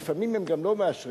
לפעמים הם גם לא מאשרים.